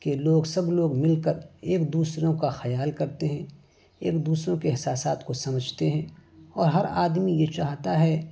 کہ لوگ سب لوگ مل کر ایک دوسروں کا خیال کرتے ہیں ایک دوسروں کے احساسات کو سمجھتے ہیں اور ہر آدمی یہ چاہتا ہے